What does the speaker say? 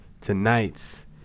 tonight's